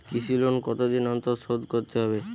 কৃষি লোন কতদিন অন্তর শোধ করতে হবে?